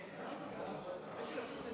אני רשום?